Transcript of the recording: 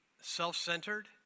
self-centered